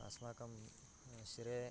अस्माकं शिरसि